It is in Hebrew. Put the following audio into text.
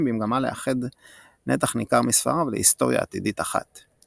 במגמה לאחד נתח ניכר מספריו ל"היסטוריה עתידית" אחת.